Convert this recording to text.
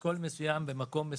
אשכול מסוים במקום מסוים.